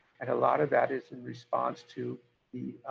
and a lot of that is in response to the